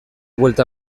buelta